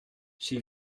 she